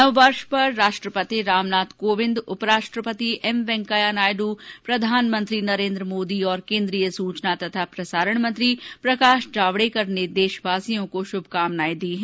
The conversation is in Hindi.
नववर्ष पर राष्ट्रपति रामनाथ कोविंद उप राष्ट्रपति एम वैंकेया नायडु प्रधानमंत्री नरेन्द्र मोदी और केन्द्रीय सूचना और प्रसारण मंत्री प्रकाश जावडेकर ने देशवासियों को श्भकामनाए दी हैं